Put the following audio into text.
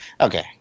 okay